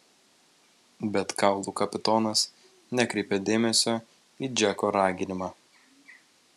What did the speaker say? bet kaulų kapitonas nekreipė dėmesio į džeko raginimą